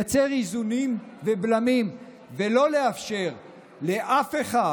לייצר איזונים ובלמים ולא לאפשר לאף אחד,